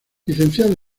licenciado